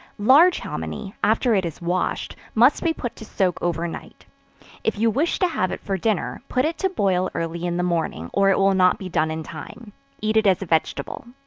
large hominy, after it is washed must be put to soak over night if you wish to have it for dinner, put it to boil early in the morning, or it will not be done in time eat it as a vegetable.